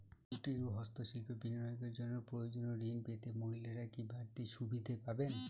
কুটীর ও হস্ত শিল্পে বিনিয়োগের জন্য প্রয়োজনীয় ঋণ পেতে মহিলারা কি বাড়তি সুবিধে পাবেন?